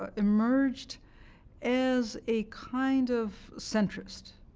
ah emerged as a kind of centrist.